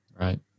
Right